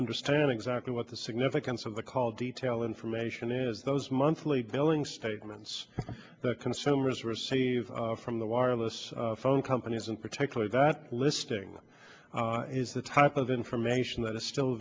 understand exactly what the significance of the call detail information is those monthly billing statements that consumers receive from the wireless phone companies in particular that listing them is the type of information that is still